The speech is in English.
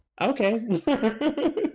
okay